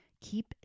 Keep